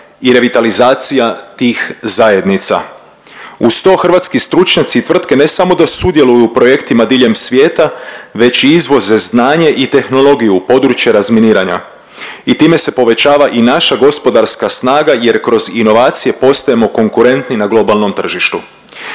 i revitalizacija tih zajednica. Uz to hrvatski stručnjaci i tvrtke ne samo da sudjeluju u projektima diljem svijeta već i izvoze znanje i tehnologiju u područje razminiranja i time se povećava i naša gospodarska snaga jer kroz inovacije postajemo konkurentni na globalnom tržištu.